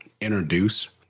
introduce